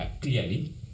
clearly